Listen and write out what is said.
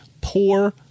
poor